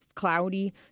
cloudy